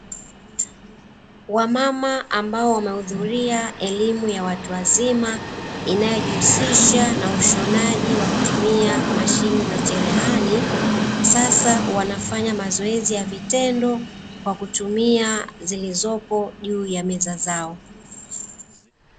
Wamama ambao wamehudhuria elimu ya watu wazima, inayojihusisha na ushonaji wa kutumia mashine za cherehani. Sasa wanafanya mazoezi ya vitendo kwa kutumia zilizopo juu ya meza zao.